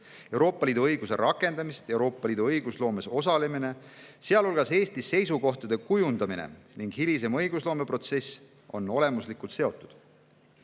Euroopa Liidu õiguse rakendamist. Euroopa Liidu õigusloomes osalemine, sealhulgas Eesti seisukohtade kujundamine, ning hilisem õigusloome protsess on olemuslikult seotud.